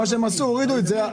מה שהם עשו, הורידו את זה.